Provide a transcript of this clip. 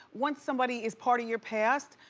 once somebody is part of your past,